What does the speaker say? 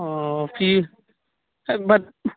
اور فی بٹ